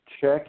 check